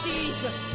Jesus